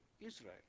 Israel